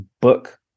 book